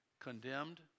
condemned